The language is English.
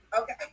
Okay